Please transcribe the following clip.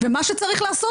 ומה שצריך לעשות,